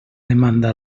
demanda